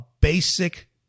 basic